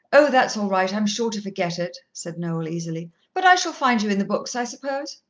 oh, that's all right. i'm sure to forget it, said noel easily but i shall find you in the books, i suppose.